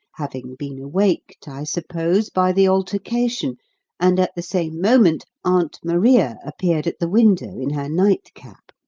having been awaked, i suppose, by the altercation and, at the same moment, aunt maria appeared at the window in her nightcap.